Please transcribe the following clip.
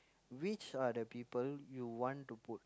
which are the people you want to put